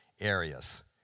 areas